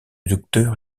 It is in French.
docteur